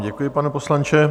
Děkuji vám, pane poslanče.